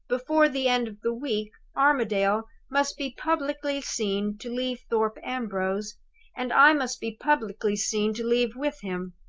before the end of the week armadale must be publicly seen to leave thorpe ambrose and i must be publicly seen to leave with him.